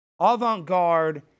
avant-garde